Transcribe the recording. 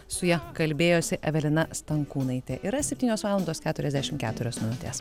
su ja kalbėjosi evelina stankūnaitė yra septynios valandos keturiasdešimt keturios minutės